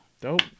Dope